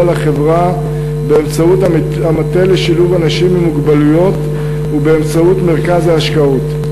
לחברה באמצעות המטה לשילוב אנשים עם מוגבלויות ובאמצעות מרכז ההשקעות.